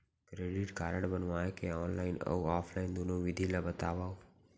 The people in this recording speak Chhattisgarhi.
क्रेडिट कारड बनवाए के ऑनलाइन अऊ ऑफलाइन दुनो विधि ला बतावव?